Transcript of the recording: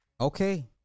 Okay